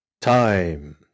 Time